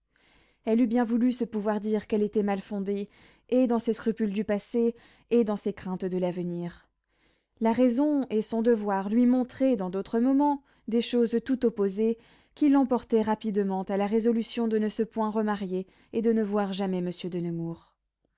elle eût bien voulu se pouvoir dire qu'elle était mal fondée et dans ses scrupules du passé et dans ses craintes de l'avenir la raison et son devoir lui montraient dans d'autres moments des choses tout opposées qui l'emportaient rapidement à la résolution de ne se point remarier et de ne voir jamais monsieur de nemours